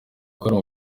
gukora